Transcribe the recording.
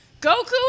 Goku